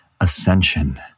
Ascension